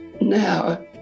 Now